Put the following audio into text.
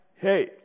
Hey